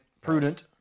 prudent